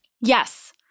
Yes